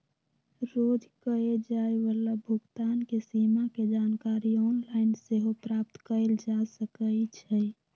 रोज कये जाय वला भुगतान के सीमा के जानकारी ऑनलाइन सेहो प्राप्त कएल जा सकइ छै